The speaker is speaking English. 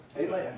Amen